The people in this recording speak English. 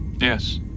Yes